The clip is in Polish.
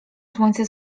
słońce